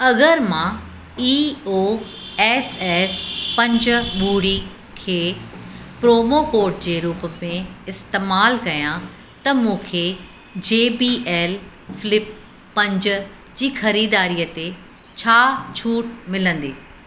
अगरि मां E O S S पंज ॿुड़ी खे प्रोमोकोड जे रूप में इस्तेमाल कयां त मूंखे जेबीएल फ्लिप पंज जी ख़रीदारीअ ते छा छूट मिलंदी